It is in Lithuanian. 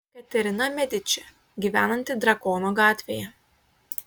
katerina mediči gyvenanti drakono gatvėje